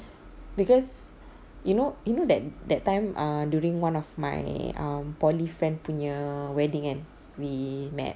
because you know you know that that time err during one of my um poly friend punya wedding kan we met